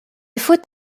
faut